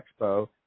Expo